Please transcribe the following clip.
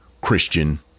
Christian